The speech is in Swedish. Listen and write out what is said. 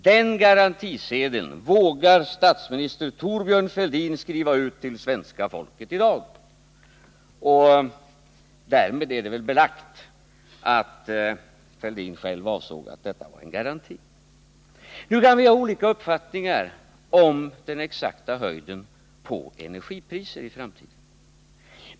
Den garantisedeln vågar statsminister Thorbjörn Fälldin skriva ut till svenska folket i dag --—-.” Därmed är det väl belagt att Thorbjörn Fälldin själv avsåg att detta skulle vara en garanti. Nu kan man ha olika uppfattningar om den exakta höjden på energipri serna i framtiden.